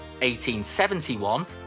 1871